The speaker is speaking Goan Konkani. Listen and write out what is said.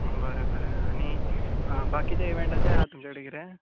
बरें बरें आनी बाकिचें इवँटाचें आसा तुमचे कडेन कितें